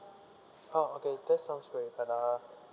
oh okay that sounds great but uh